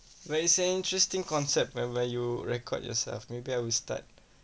but it's a interesting concept where where you record yourself maybe I will start